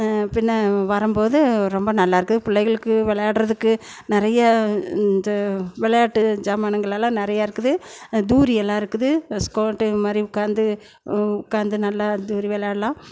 பின்னே வரும்போது ரொம்ப நல்லா இருக்குது பிள்ளைங்களுக்கு விளையாட்றதுக்கு நிறைய இது விளையாட்டு சாமானுங்கள எல்லாம் நிறையா இருக்குது தூரியெல்லாம் இருக்குது ஸ்கோட்டு இந்த மாதிரி உட்காந்து உட்காந்து நல்ல தூரி விளையாட்லாம்